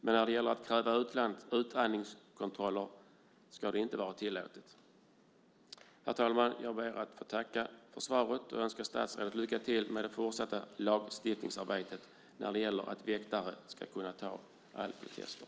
Men att kräva utandningskontroller ska inte vara tillåtet. Herr talman! Jag ber att få tacka för svaret och önskar statsrådet lycka till i det fortsatta lagstiftningsarbetet när det gäller att väktare ska kunna göra alkotester.